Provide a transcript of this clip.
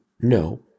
no